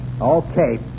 Okay